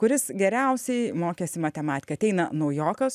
kuris geriausiai mokėsi matematiką ateina naujokas